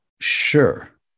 sure